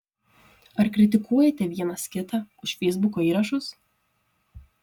ar kritikuojate vienas kitą už feisbuko įrašus